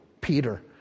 Peter